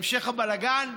המשך הבלגן?